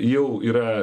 jau yra